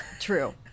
True